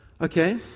Okay